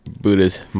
buddhist